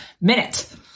minute